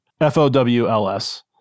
F-O-W-L-S